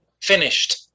finished